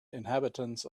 inhabitants